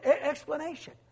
Explanation